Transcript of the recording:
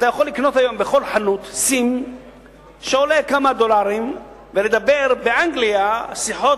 אתה יכול לקנות היום בכל חנות SIM שעולה כמה דולרים ולדבר באנגליה שיחות